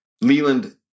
Leland